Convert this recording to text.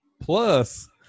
Plus